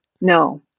No